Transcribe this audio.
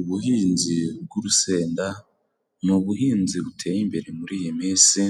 Ubuhinzi bw'urusenda，ni ubuhinzi buteye imbere muri iyi minsi，